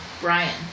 Brian